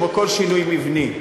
כמו כל שינוי מבני,